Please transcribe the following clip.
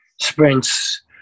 sprints